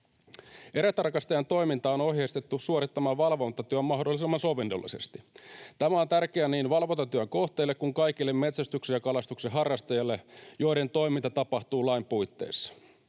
Erätarkastajan toiminta, valvontatyö, on ohjeistettu suoritettavaksi mahdollisimman sovinnollisesti. Tämä on tärkeää niin valvontatyön kohteille kuin kaikille metsästyksen ja kalastuksen harrastajille, joiden toiminta tapahtuu lain puitteissa.